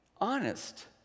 honest